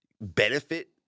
benefit